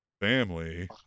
family